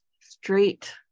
straight